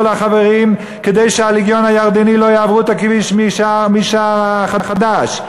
החברים כדי שהלגיון הירדני לא יעברו את הכביש מהשער החדש.